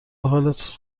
حالت